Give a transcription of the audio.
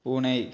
பூனை